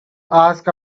ask